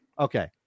Okay